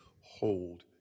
Hold